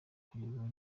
kugerwaho